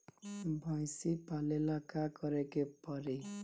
भइसी पालेला का करे के पारी?